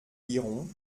lirons